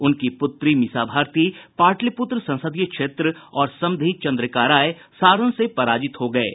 उनकी पुत्री मीसा भारती पाटलिपुत्र संसदीय क्षेत्र और समधी चंद्रिका राय सारण से पराजित हो गये हैं